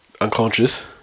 unconscious